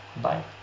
Bye